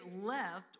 left